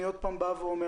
שוב אני אומר,